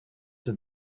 have